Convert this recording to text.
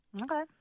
okay